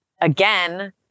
Again